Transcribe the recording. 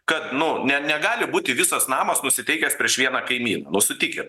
kad nu ne negali būti visas namas nusiteikęs prieš vieną kaimyną nu sutikit